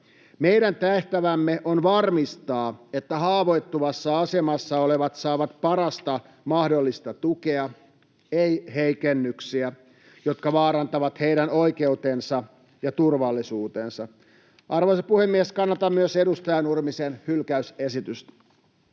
Meidän tehtävämme on varmistaa, että haavoittuvassa asemassa olevat saavat parasta mahdollista tukea, eivät heikennyksiä, jotka vaarantavat heidän oikeutensa ja turvallisuutensa. Arvoisa puhemies! Kannatan myös edustaja Nurmisen hylkäysesitystä.